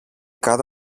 κάτω